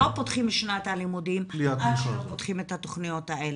לא פותחים את שנת הלימודים עד שלא פותחים את התוכניות האלו.